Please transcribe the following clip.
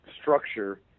structure